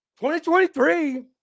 2023